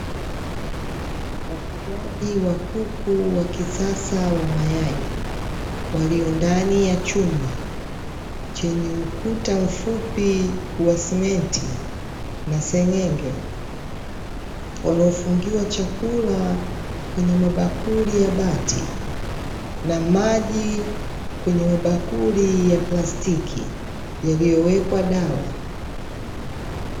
Wafugaji wa kuku wa kisasa wa mayai, walio ndani ya chumba chenye ukuta mfupi wa simenti na senyenge, waliofungiwa chakula kwenye mabakuli ya bati na maji kwenye mabakuli ya plastiki, yaliyowekwa dawa.